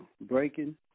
Breaking